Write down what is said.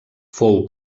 fou